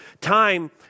time